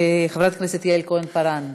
חברת הכנסת יעל כהן-פארן,